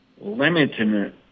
limiting